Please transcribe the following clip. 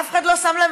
אף אחד לא שם לב?